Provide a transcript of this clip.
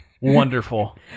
wonderful